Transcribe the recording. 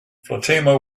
fatima